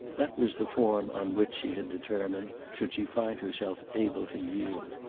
that was the form on which she had determined, should she find herself able to yield.